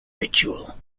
ritual